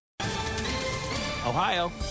Ohio